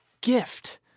gift